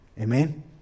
amen